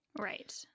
Right